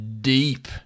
deep